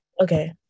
Okay